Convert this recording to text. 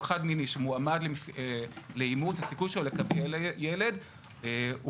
חד-מיני שמועמד לאימוץ לקבל ילד הוא